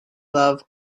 love